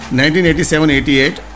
1987-88